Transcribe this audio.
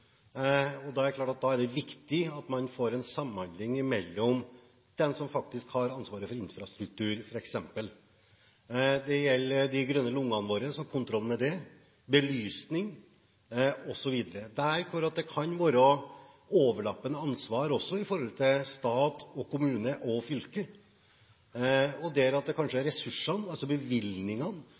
Da er det klart at det er viktig at man får en samhandling mellom dem som faktisk har ansvaret for infrastruktur, f.eks. Det gjelder de grønne lungene våre og kontrollen med det, belysning osv., der det kan være overlappende ansvar også i forhold til stat, kommune og fylke, og der det kanskje er ressursene, altså bevilgningene,